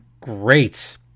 great